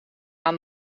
aan